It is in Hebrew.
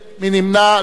מי נמנע?